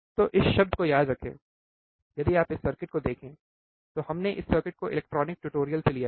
तो इस शब्द को याद रखें यदि आप इस सर्किट को देखें तो हमने इस सर्किट को इलेक्ट्रॉनिक ट्यूटोरियल से लिया है